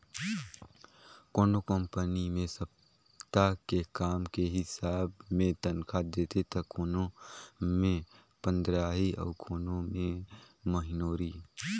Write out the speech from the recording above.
कोनो कंपनी मे सप्ता के काम के हिसाब मे तनखा देथे त कोनो मे पंदराही अउ कोनो मे महिनोरी